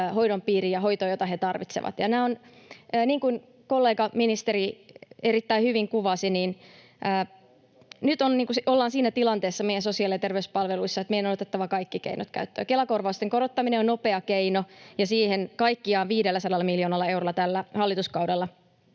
hoidon piiriin ja hoitoon, jota he tarvitsevat. Niin kuin kollega, ministeri erittäin hyvin kuvasi, niin nyt ollaan siinä tilanteessa meidän sosiaali‑ ja terveyspalveluissa, että meidän on otettava kaikki keinot käyttöön. Kela-korvausten korottaminen on nopea keino, ja siihen kaikkiaan 500 miljoonalla eurolla tällä hallituskaudella